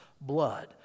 blood